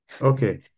Okay